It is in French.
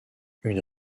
une